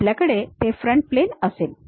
आपल्याकडे ते front plane असेल